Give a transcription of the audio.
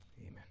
amen